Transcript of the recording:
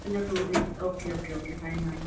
இன்னும் two week okay okay okay fine ma'am